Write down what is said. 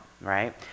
right